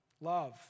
Love